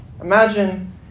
Imagine